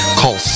call